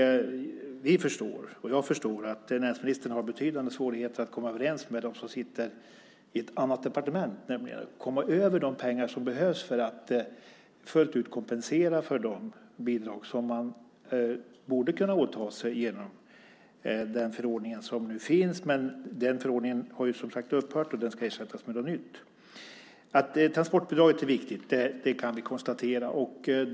Vi förstår, och jag förstår, att näringsministern har betydande svårigheter att komma överens med dem som sitter i ett annat departement, nämligen när det gäller att komma över de pengar som behövs för att fullt ut kompensera för de bidrag som man borde kunna åta sig genom den förordning som nu finns. Den förordningen har ju nu som sagt upphört och ska ersättas med något nytt. Att transportbidraget är viktigt kan vi konstatera.